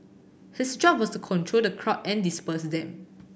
his job was to control the crowd and disperse them